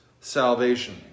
salvation